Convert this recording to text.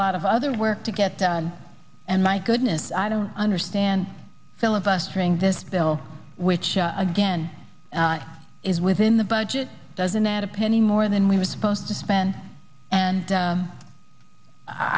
lot of other work to get done and my goodness i don't understand filibustering this bill which again is within the budget doesn't add a penny more than we were supposed to spend and